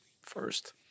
first